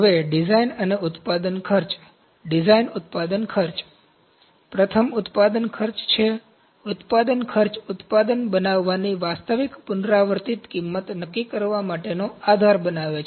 હવે ડિઝાઇન અને ઉત્પાદન ખર્ચ ડિઝાઇન ઉત્પાદન ખર્ચ પ્રથમ ઉત્પાદન ખર્ચ છે ઉત્પાદન ખર્ચ ઉત્પાદન બનાવવાની વાસ્તવિક પુનરાવર્તિત કિંમત નક્કી કરવા માટેનો આધાર બનાવે છે